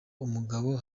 umugabo